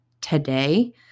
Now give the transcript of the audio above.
today